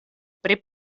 pri